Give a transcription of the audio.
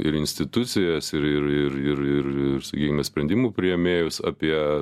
ir institucijas ir ir ir ir ir sakykime sprendimų priėmėjus apie